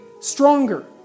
stronger